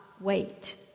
wait